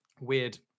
weird